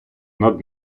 над